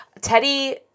Teddy